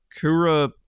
Kura